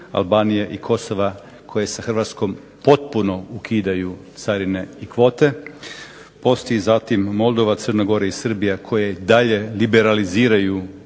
Albanije i Kosova koje sa Hrvatskom potpuno ukidaju carine i kvote, postoji zatim Moldova, Crna Gora i Srbija koje i dalje liberaliziraju